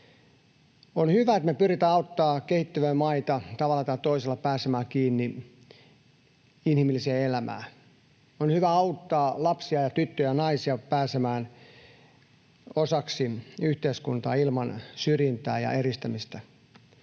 On hyvä, että me pyritään auttamaan kehittyviä maita tavalla tai toisella pääsemään kiinni inhimilliseen elämään. On hyvä auttaa lapsia ja tyttöjä ja naisia pääsemään osaksi yhteiskuntaa ilman syrjintää ja eristämistä.